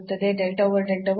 del over del y